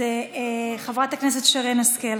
חברת הכנסת שרן השכל,